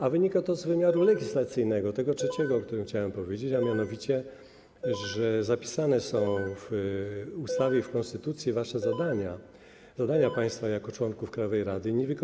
A wynika to z wymiaru legislacyjnego, tego trzeciego, o którym chciałem powiedzieć, a mianowicie że zapisane są w ustawie i w konstytucji wasze zadania, zadania państwa jako członków Krajowej Rady Radiofonii i Telewizji.